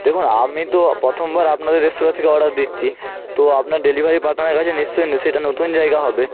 দেখুন আমি তো পথমবার আপনাদের রেস্তোরাঁ থেকে অর্ডার দিচ্ছি তো আপনার ডেলিভারি পার্টনারের কাছে নিশ্চই নি সেটা নতুন জায়গা হবে